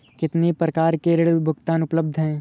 कितनी प्रकार के ऋण भुगतान उपलब्ध हैं?